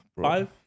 Five